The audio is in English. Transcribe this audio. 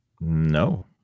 No